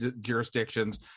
jurisdictions